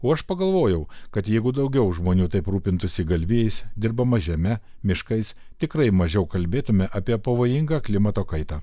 o aš pagalvojau kad jeigu daugiau žmonių taip rūpintųsi galvijais dirbama žeme miškais tikrai mažiau kalbėtume apie pavojingą klimato kaitą